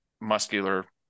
muscular